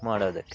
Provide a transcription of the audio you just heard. ಮಾಡೋದಕ್ಕೆ